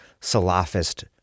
Salafist